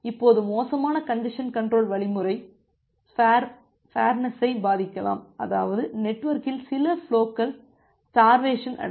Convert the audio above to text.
இப்போது மோசமான congestion control வழிமுறை ஃபேர்நெஸ் ஐ பாதிக்கலாம் அதாவது நெட்வொர்க்கில் சில ஃபுலோகள் ஸ்டார்வேசன் அடையும்